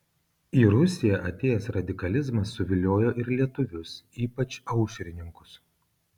į rusiją atėjęs radikalizmas suviliojo ir lietuvius ypač aušrininkus